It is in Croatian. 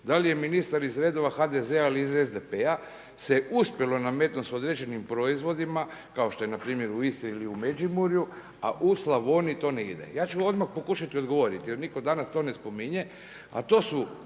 da li je ministar iz redova HDZ-a ili SDP-a se uspjelo nametnuti s određenim proizvodima kao što je npr. u Istri ili u Međimurju, a u Slavoniji to ne ide. Ja ću odmah pokušati odgovoriti jer nitko danas to ne spominje,